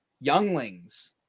younglings